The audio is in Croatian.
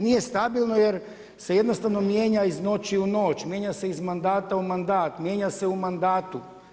Nije stabilno jer se jednostavno mijenja iz noći u noć, mijenja se iz mandata u mandata, mijenja se u mandatu.